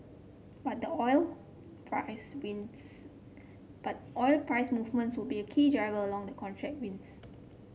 but the oil price wins but oil price movements will be a key driver along the contract wins